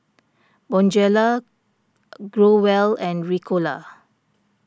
Bonjela Growell and Ricola